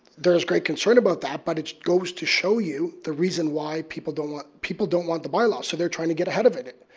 there is great concern about that but it goes to show you the reason why people don't want people don't want the by law so they're trying to get ahead of it.